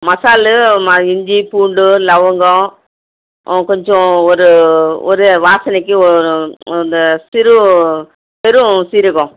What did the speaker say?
மசாலு ம இஞ்சி பூண்டு லவங்கம் கொஞ்சம் ஒரு ஒரு வாசனைக்கு ஓ இந்த சிறு பெரு சீரகம்